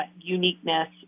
uniqueness